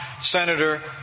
Senator